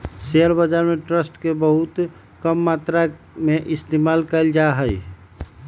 share बाजार में trust के बहुत कम मात्रा में इस्तेमाल कइल जा हई